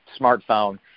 smartphone